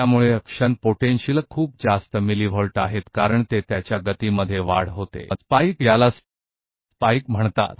तो action potential बहुत उच्च मिलि वोल्ट हैं क्योंकि यह इसके तालमेल में वृद्धि है इन्हें स्पाइक कहा जाता है यह स्पाइकिंग है